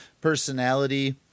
personality